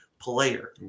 player